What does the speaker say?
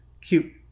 cute